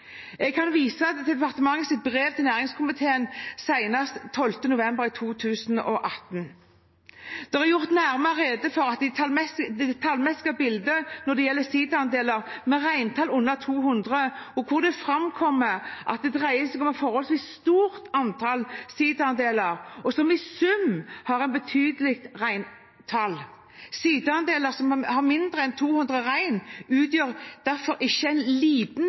Jeg kan vise til departementets brev til næringskomiteen, senest 12. november 2018. Der er det gjort nærmere rede for det tallmessige bildet når det gjelder sida-andeler med et reintall under 200, og der framkommer det at det dreier seg om et forholdsvis stort antall sida-andeler, som i sum har et betydelig reintall. Sida-andeler som har mindre enn 200 rein, utgjør derfor ikke en liten